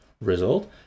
Result